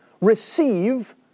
Receive